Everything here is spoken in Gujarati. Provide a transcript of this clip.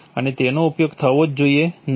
અને તેનો ઉપયોગ થવો જોઈએ નહીં